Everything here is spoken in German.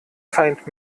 feind